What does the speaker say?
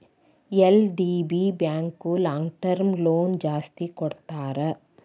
LDB bank long term loan ಜಾಸ್ತಿ ಕೊಡ್ತಾರ